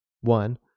One